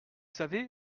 savez